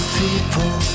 people